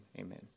amen